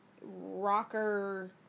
Rocker